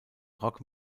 rock